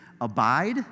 abide